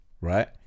right